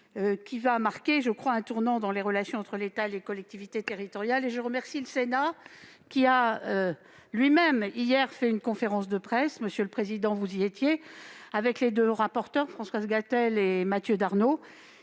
Elle marquera, je crois, un tournant dans les relations entre l'État et les collectivités territoriales. Je remercie le Sénat qui a tenu, hier, une conférence de presse. Monsieur le président, vous y étiez, accompagné des deux rapporteurs, Françoise Gatel et Mathieu Darnaud,